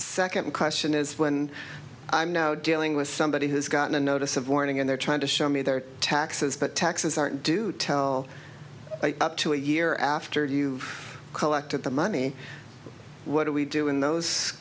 second question is when i'm now dealing with somebody who's gotten a notice of warning and they're trying to show me their taxes but taxes aren't do tell up to a year after you've collected the money what do we do in those